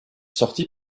sorti